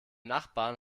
nachbarn